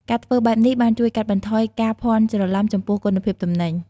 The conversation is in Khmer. ការធ្វើបែបនេះបានជួយកាត់បន្ថយការភ័ន្តច្រឡំចំពោះគុណភាពទំនិញ។